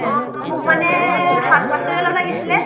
অঁ মোক মানে শাক পাচলি অলপ লাগিছিলে